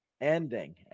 Ending